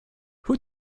who